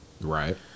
Right